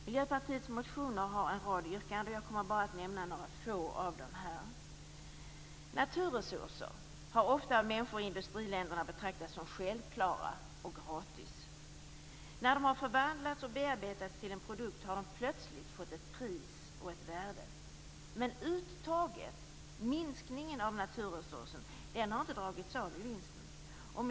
Miljöpartiets motioner har en rad yrkanden. Jag kommer bara att nämna några få av dem här. Människor i industriländerna har ofta betraktat naturresurser som självklara och gratis. När de har förvandlats och bearbetats till en produkt har de plötsligt fått ett pris och ett värde. Men uttaget, minskningen, av naturresursen har inte dragits av från vinsten.